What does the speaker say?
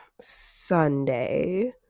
sunday